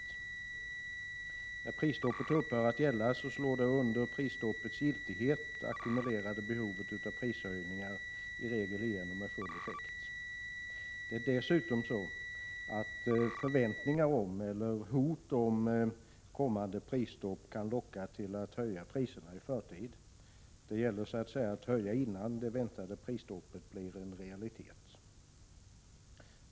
När prisstoppet upphör att gälla slår det under prisstoppets giltighet ackumulerade behovet av prishöjningar i regel igenom med full effekt. Det är dessutom så att förväntningar om eller hot om kommande prisstopp kan locka till att höja priserna i förtid. Det gäller så att säga att höja innan det väntade prisstoppet blir en realitet.